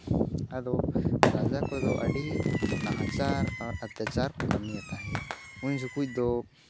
ᱟᱫᱚ ᱨᱟᱡᱟ ᱠᱚᱫᱚ ᱟᱹᱰᱤ ᱱᱟᱦᱟᱪᱟᱨ ᱚᱛᱛᱟᱪᱟᱨ ᱠᱚ ᱠᱟᱹᱢᱤᱭᱮᱫ ᱛᱟᱦᱮᱸᱫ ᱩᱱ ᱡᱚᱠᱷᱚᱡ ᱫᱚ